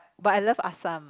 but I love assam